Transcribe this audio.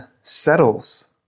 settles